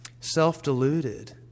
Self-deluded